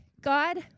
God